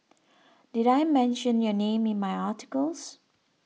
did I mention your name in my articles